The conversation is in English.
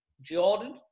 Jordan